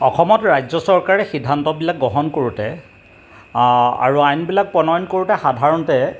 অসমত ৰাজ্য চৰকাৰে সিদ্ধান্তবিলাক গ্ৰহণ কৰোঁতে আৰু আইনবিলাক প্ৰণয়ন কৰোঁতে সাধাৰণতে